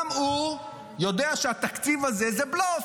גם הוא יודע שהתקציב הזה הוא בלוף.